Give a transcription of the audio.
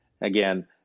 again